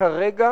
כרגע